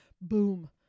Boom